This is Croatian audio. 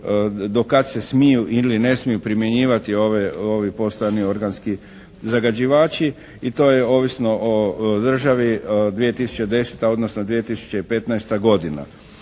do kad se smiju ili ne smiju primjenjivati ovi postojani organski zagađivači. I to je ovisno o državi 2010. odnosno 2015. godina.